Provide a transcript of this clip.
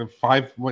Five